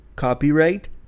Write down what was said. Copyright